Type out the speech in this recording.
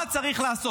מה צריך לעשות?